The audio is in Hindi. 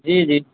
जी जी